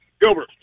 Gilbert